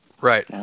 Right